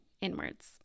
inwards